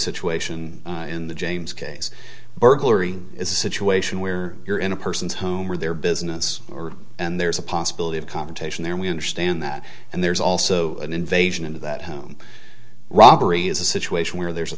situation in the james case burglary is a situation where you're in a person's home or their business or and there's a possibility of connotation there we understand that and there's also an invasion into that home robbery is a situation where there's a